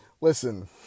listen